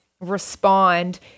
respond